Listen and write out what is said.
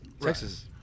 texas